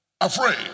afraid